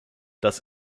das